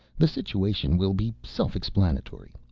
the situation will be self-explanatory.